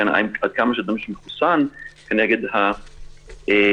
עד כמה אדם שהוא מחוסן כנגד המחלה,